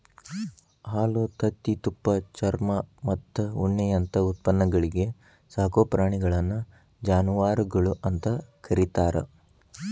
ಹಾಲು, ತತ್ತಿ, ತುಪ್ಪ, ಚರ್ಮಮತ್ತ ಉಣ್ಣಿಯಂತ ಉತ್ಪನ್ನಗಳಿಗೆ ಸಾಕೋ ಪ್ರಾಣಿಗಳನ್ನ ಜಾನವಾರಗಳು ಅಂತ ಕರೇತಾರ